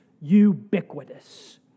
ubiquitous